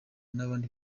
n’abandi